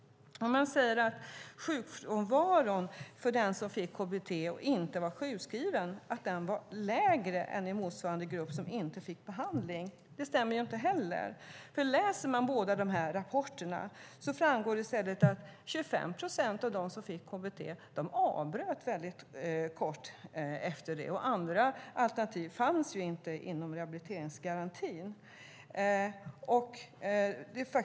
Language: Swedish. Man säger att sjukfrånvaron för den som fick KBT och inte var sjukskriven var lägre än i motsvarande grupp som inte fick behandling. Det stämmer inte heller. Läser man båda dessa rapporter framgår det i stället att 25 procent av dem som fick KBT avbröt denna behandling kort därefter. Andra alternativ fanns inte inom rehabiliteringsgarantin.